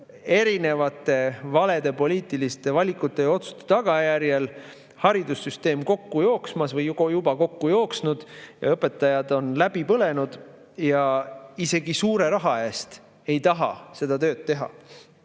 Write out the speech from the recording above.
erinevate valede poliitiliste valikute ja otsuste tagajärjel haridussüsteem kokku jooksmas või juba kokku jooksnud, õpetajad on läbi põlenud ja isegi suure raha eest ei taha seda tööd teha.